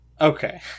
Okay